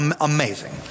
amazing